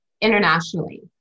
internationally